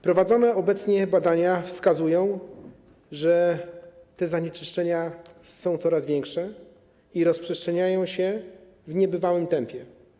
Prowadzone obecnie badania wskazują, że te zanieczyszczenia są coraz większe i rozprzestrzeniają się w niebywałym tempie.